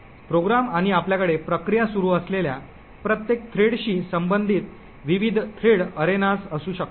programme आणि आपल्याकडे प्रक्रिया सुरू असलेल्या प्रत्येक थ्रेडशी संबंधित विविध थ्रेड एरेनास असू शकतात